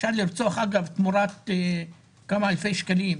אפשר לרצוח תמורת כמה אלפי שקלים,